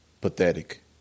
pathetic